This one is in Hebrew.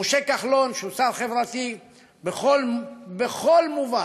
משה כחלון, שהוא שר חברתי בכל מובן,